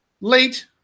late